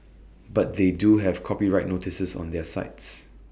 but they do have copyright notices on their sites